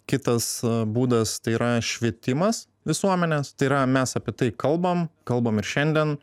kitas būdas tai yra švietimas visuomenės tai yra mes apie tai kalbam kalbam ir šiandien